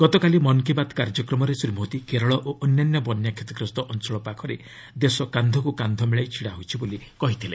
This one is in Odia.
ଗତକାଲି ମନ୍ କି ବାତ୍ କାର୍ଯ୍ୟକ୍ରମରେ ଶ୍ରୀ ମୋଦି କେରଳ ଓ ଅନ୍ୟାନ୍ୟ ବନ୍ୟା କ୍ଷତିଗ୍ରସ୍ତ ଅଞ୍ଚଳ ପାଖରେ ଦେଶ କାନ୍ଧକୁ କାନ୍ଧ ମିଳାଇ ଛିଡ଼ା ହୋଇଛି ବୋଲି କହିଥିଲେ